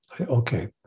Okay